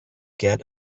get